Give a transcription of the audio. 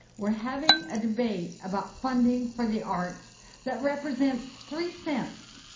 we're having a debate about funding for the arts that represents three cents,